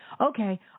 okay